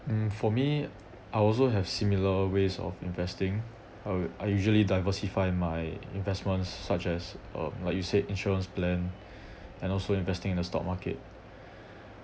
mm for me I also have similar ways of investing uh I usually diversify my investments such as um like you said insurance plan and also investing in the stock market